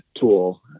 tool